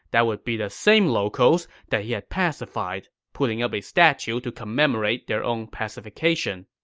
that would be the same locals that he had pacified, putting up a statue to commemorate their own pacification.